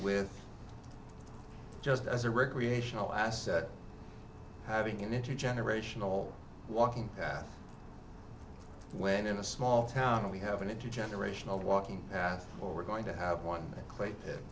with just as a recreational asset having an intergenerational walking path when in a small town we have an intergenerational walking path or we're going to have one pla